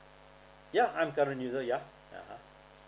ya I'm current user ya (uh huh)